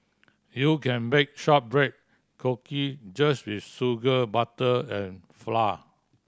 you can bake shortbread cookie just with sugar butter and flour